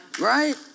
Right